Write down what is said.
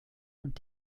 und